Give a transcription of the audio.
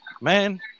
man